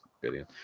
billion